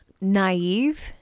naive